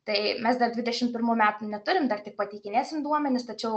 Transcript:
tai mes dar dvidešim pirmų metų neturim dar tik pateikinėsim duomenis tačiau